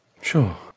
Sure